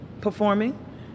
performing